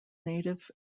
native